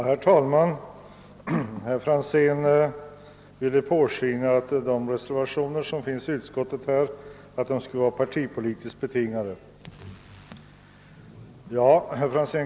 Herr talman! Herr Franzén i Motala låter påskina att de reservationer som har fogats till utskottsutlåtandet skulle vara partipolitiskt betingade.